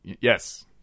Yes